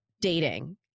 dating